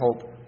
hope